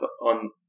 on